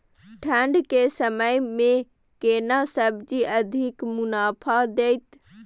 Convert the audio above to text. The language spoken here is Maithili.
ठंढ के समय मे केना सब्जी अधिक मुनाफा दैत?